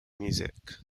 music